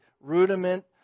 rudiment